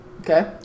Okay